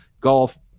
golf